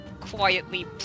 quietly